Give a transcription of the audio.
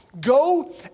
go